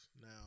now